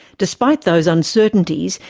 despite those uncertainties,